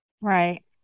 Right